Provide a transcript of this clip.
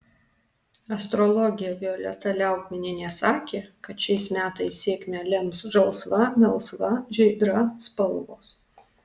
astrologė violeta liaugminienė sakė kad šiais metais sėkmę lems žalsva melsva žydra spalvos